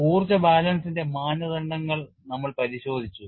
ഊർജ്ജ ബാലൻസിന്റെ മാനദണ്ഡങ്ങൾ നമ്മൾ പരിശോധിച്ചു